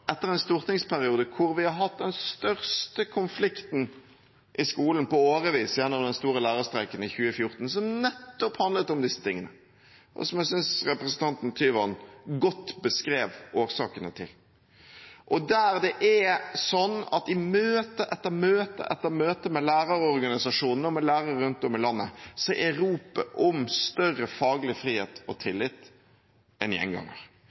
etter en stortingsperiode hvor vi har hatt den største konflikten i skolen på mange år gjennom den store lærerstreiken i 2014, som nettopp handlet om disse tingene, og som jeg synes representanten Tyvand godt beskrev årsakene til. I møte etter møte etter møte med lærerorganisasjonene og med lærere rundt om i landet er ropet om større faglig frihet og tillit en gjenganger. Dette understreker bare det vi har sagt mange ganger,